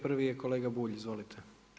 Prvi je kolega Bulj, izvolite.